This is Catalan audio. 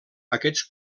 aquests